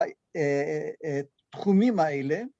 ‫תחומים האלה.